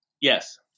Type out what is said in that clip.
Yes